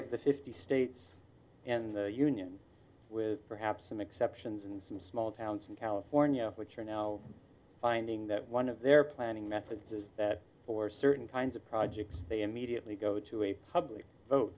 of the fifty states in the union with perhaps some exceptions and some small towns in california which are now finding that one of their planning methods is that for certain kinds of projects they immediately go to a public vote